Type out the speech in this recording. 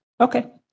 Okay